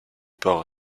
part